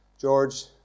George